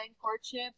courtship